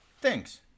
Thanks